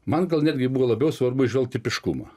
man gal netgi buvo labiau svarbu įžvelgt tipiškumą